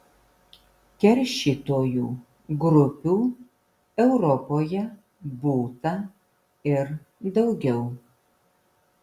keršytojų grupių europoje būta ir daugiau